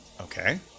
Okay